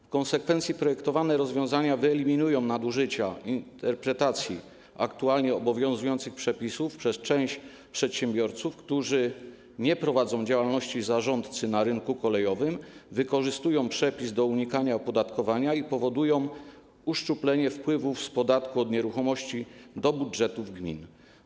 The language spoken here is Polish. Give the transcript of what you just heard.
W konsekwencji projektowane rozwiązania wyeliminują nadużycia interpretacji aktualnie obowiązujących przepisów przez część przedsiębiorców, którzy nie prowadząc działalności zarządcy na rynku kolejowym, wykorzystują przepis do unikania opodatkowania i powodują uszczuplenie wpływów z podatku od nieruchomości do budżetów gmin.